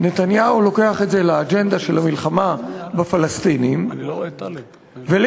נתניהו לוקח את זה לאג'נדה של המלחמה בפלסטינים וליברמן